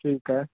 ठीकु आहे